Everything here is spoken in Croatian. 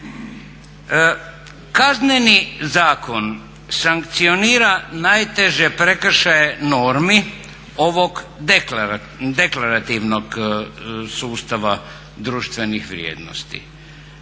Kazneni zakon sankcionira najteže prekršaje normi ovog deklarativnog sustava društvenih vrijednosti.